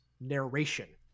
narration